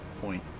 point